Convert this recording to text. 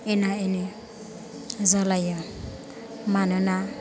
एना एनि जालायो मानोना